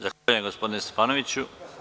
Zahvaljujem gospodine Stefanoviću.